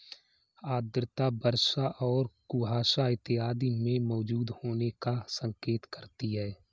आर्द्रता वर्षा और कुहासा इत्यादि के मौजूद होने का संकेत करती है